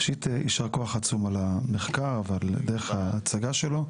ראשית יישר כוח עצום על המחקר ועל דרך ההצגה שלו,